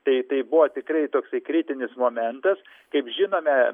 tai tai buvo tikrai toksai kritinis momentas kaip žinome